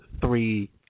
three